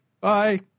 Bye